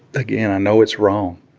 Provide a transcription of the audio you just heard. again, i know it's wrong.